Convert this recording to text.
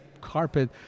carpet